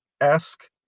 esque